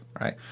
right